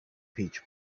peach